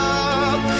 up